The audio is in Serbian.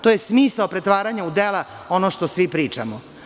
To je smisao pretvaranja u dela ono što svi pričamo.